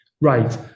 Right